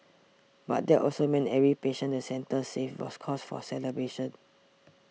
but that also meant every patient the centre saved was cause for celebration